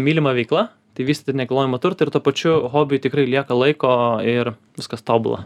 mylima veikla tai vystyti nekilnojamą turtą ir tuo pačiu hobiui tikrai lieka laiko ir viskas tobula